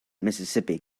mississippi